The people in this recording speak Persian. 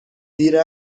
دیر